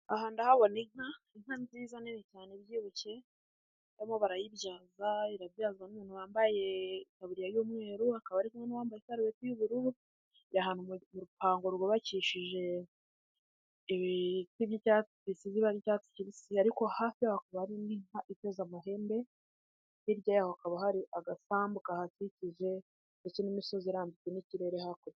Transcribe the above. Aha ndahabona inka, Inka nziza nini cyane ibyibushye barimo barayibyaza irabyawa n'umuntu wambaye itaburiya y'umweru hakaba hari n'uwambaye isarubeti y'ubururu iri ahantu mu rupango rwubakishije ibiti bisize ibara ry'icyatsi kibisi, ariko hafi hakaba hari indi nka iteze amahembe hirya yaho hakaba hari agasambu kahakikije ndetse n'imisozi irambitse n'uturere hakurya.